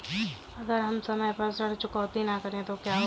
अगर हम समय पर ऋण चुकौती न करें तो क्या होगा?